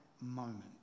moment